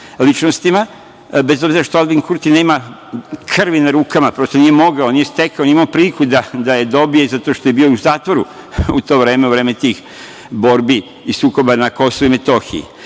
ličnostima, bez obzira što Aljbin Kurti nema krvi na rukama, prosto nije mogao, nije stekao, nije imao priliku da je dobije zato što je bio u zatvoru u to vreme, u vreme tih borbi i sukoba na KiM, ali koji